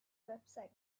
website